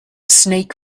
snake